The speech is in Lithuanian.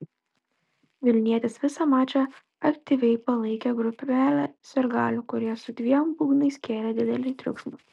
vilnietes visą mačą aktyviai palaikė grupelė sirgalių kurie su dviem būgnais kėlė didelį triukšmą